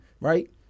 right